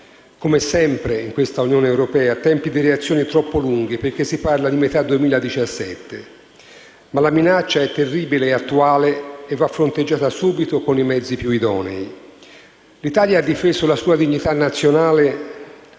come sempre in questa Unione europea - tempi di reazione troppo lunghi, perché si parla di metà 2017. La minaccia, però, è terribile e attuale e va fronteggiata subito con i mezzi più idonei. L'Italia ha difeso la sua dignità nazionale dopo